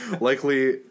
likely